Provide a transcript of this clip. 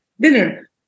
dinner